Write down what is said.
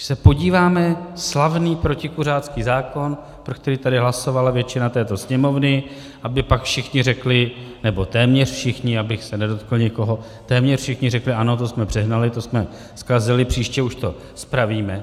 Když se podíváme na slavný protikuřácký zákon, pro který tady hlasovala většina této Sněmovny, aby pak všichni řekli, nebo téměř všichni, abych se někoho nedotkl, téměř všichni řekli ano, to jsme přehnali, to jsme zkazili, příště už to spravíme.